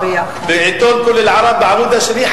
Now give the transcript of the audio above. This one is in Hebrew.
בעיתון "כל אל-ערב" בעמוד השני,